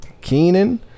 Keenan